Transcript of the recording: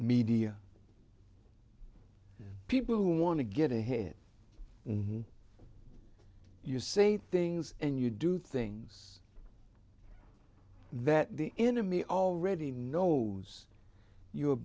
media people who want to get ahead you say things and you do things that the enemy already knows you're